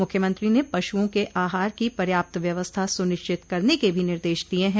मुख्यमंत्री ने पशुओं के आहार की पर्याप्त व्यवस्था सुनिश्चित करने के भी निर्देश दिये हैं